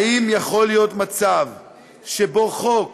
האם יכול להיות מצב שבו, בחוק